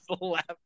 laugh